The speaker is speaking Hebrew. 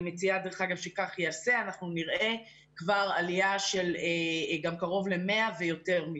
אני מציעה שכך ייעשה אנחנו נראה עלייה של קרוב ל-100 אחוזים ויותר.